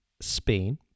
Spain